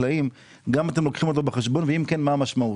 כן, מה המשמעות?